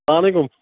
اسَلام علیکُم